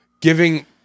giving